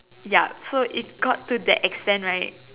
ya so it got to that extent right